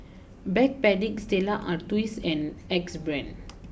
Backpedic Stella Artois and Axe Brand